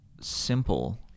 simple